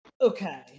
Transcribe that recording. Okay